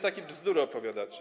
Takie bzdury opowiadacie.